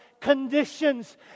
Conditions